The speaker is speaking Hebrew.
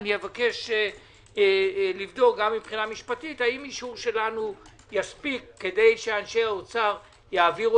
אבקש לבדוק גם משפטית האם אישור שלנו יספיק כדי שאנשי האוצר יעבירו